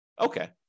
Okay